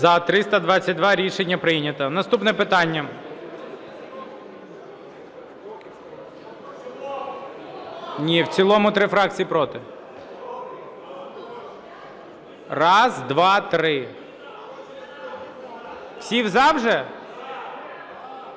За-322 Рішення прийнято. Наступне питання... Ні, в цілому три фракції проти. Раз, два, три. Всі "за" вже?